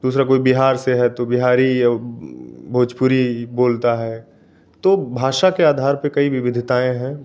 दूसरा कोई बिहार से है तो भोजपुरी बोलता है तो भाषा के आधार पर कई विविधताएँ है